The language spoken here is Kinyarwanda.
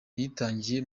yitangiye